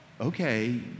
okay